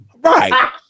right